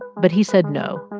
but he said, no,